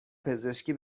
پزشکی